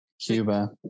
Cuba